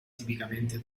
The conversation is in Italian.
tipicamente